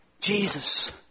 Jesus